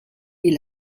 est